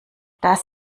das